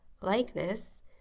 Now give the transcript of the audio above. likeness